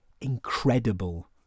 incredible